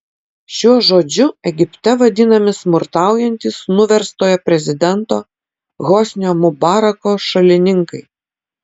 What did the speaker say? šiuo žodžiu egipte vadinami smurtaujantys nuverstojo prezidento hosnio mubarako šalininkai